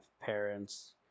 parents